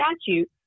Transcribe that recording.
statute